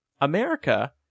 America